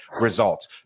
results